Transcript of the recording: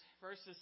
verses